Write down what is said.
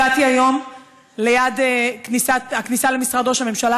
אני הגעתי היום ליד הכניסה למשרד ראש הממשלה